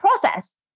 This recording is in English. process